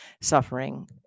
suffering